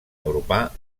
agrupar